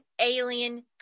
Alien